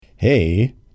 Hey